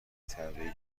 طراحی